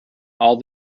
all